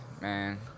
man